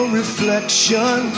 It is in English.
reflection